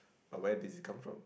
but where did it come from